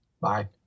Bye